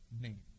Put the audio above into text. name